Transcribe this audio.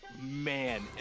man